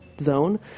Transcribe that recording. zone